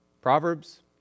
Proverbs